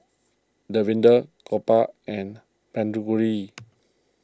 Davinder Gopal and Tanguturi